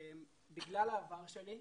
בגלל העבר שלי,